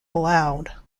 allowed